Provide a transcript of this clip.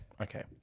Okay